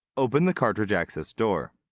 open the cartridge access door.